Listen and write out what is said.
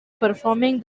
performing